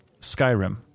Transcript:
Skyrim